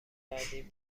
بعدی